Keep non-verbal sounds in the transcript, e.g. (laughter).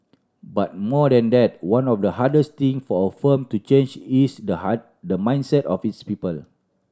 but more than that one of the hardest thing for a firm to change is the (unintelligible) the mindset of its people